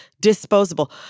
Disposable